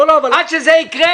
עד שזה יקרה,